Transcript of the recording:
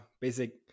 basic